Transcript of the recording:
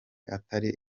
atari